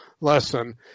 lesson